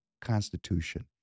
Constitution